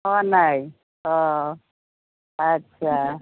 হোৱা নাই অঁ আচ্ছা